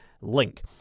Link